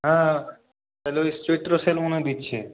হ্যাঁ তাহলে ওই চৈত্র সেল মনে হয় দিচ্ছে